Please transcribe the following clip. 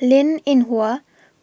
Linn in Hua